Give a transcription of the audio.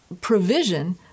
provision